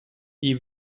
die